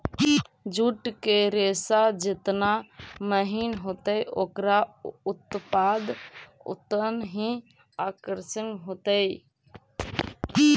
jute के रेशा जेतना महीन होतई, ओकरा उत्पाद उतनऽही आकर्षक होतई